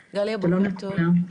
אריכא,